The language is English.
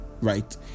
right